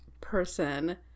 person